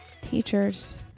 Teachers